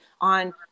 on